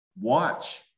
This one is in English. watch